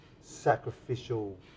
sacrificial